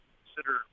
consider